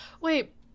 Wait